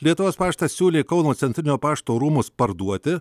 lietuvos paštas siūlė kauno centrinio pašto rūmus parduoti